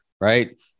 right